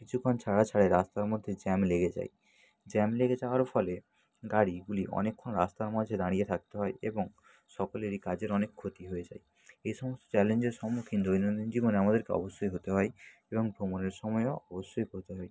কিছুক্ষন ছাড়া ছাড়াই রাস্তার মধ্যে জ্যাম লেগে যায় জ্যাম লেগে যাওয়ার ফলে গাড়িগুলি অনেক্ষন রাস্তার মাঝে দাঁড়িয়ে থাকতে হয় এবং সকলেরই কাজের অনেক ক্ষতি হয়ে যায় এসমস্ত চ্যালেঞ্জের সম্মুখীন দৈনন্দিন জীবনে আমাদেরকে অবশ্যই হতে হয় এবং ভ্রমণের সময়ও অবশ্যই হতে হয়